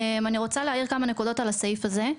אני רוצה להעיר כמה נקודות על הסעיף הזה.